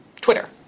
Twitter